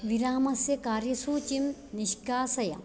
विरामस्य कार्यसूचीं निष्कासय